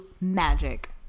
magic